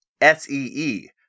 S-E-E